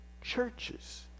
churches